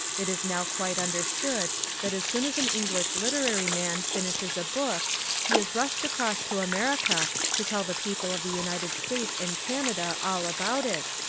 it is now quite understood that as soon as an english literary man finishes a book he is rushed across to america to tell the people of the united states and canada all about it,